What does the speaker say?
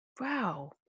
Wow